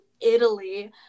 Italy